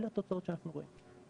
אלה התוצאות שאנחנו רואים.